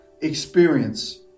experience